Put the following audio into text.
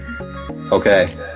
okay